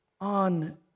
on